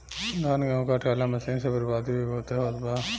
धान, गेहूं काटे वाला मशीन से बर्बादी भी बहुते होत बा